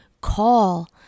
call